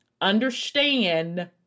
understand